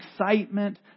excitement